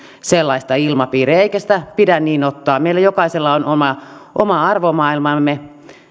sellaista ilmapiiriä eikä sitä pidä niin ottaa meillä jokaisella on oma oma arvomaailmamme